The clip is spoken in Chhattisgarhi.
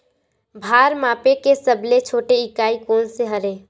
भार मापे के सबले छोटे इकाई कोन सा हरे?